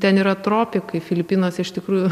ten yra tropikai filipinuos iš tikrųjų